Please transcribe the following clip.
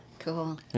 Cool